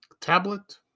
tablet